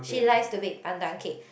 she likes to bake pandan cake